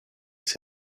said